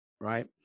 right